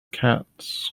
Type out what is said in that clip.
cats